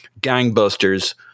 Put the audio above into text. gangbusters